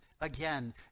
again